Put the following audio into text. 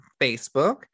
Facebook